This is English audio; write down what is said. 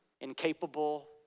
incapable